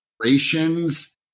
operations